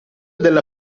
della